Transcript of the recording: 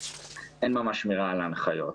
אין ממש שמירה על ההנחיות.